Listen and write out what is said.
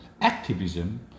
activism